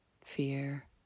fear